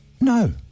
No